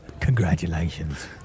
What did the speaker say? Congratulations